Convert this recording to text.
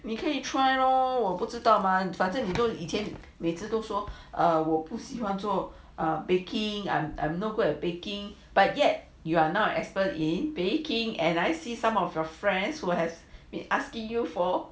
你可以 try lor 我不知道 mah 反正你以前每一次都说哦我不喜欢做 or baking I'm I'm no good at baking but yet you are not expert in baking and I see some of your friends who has been asking you for